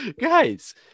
guys